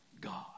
God